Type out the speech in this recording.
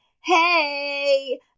hey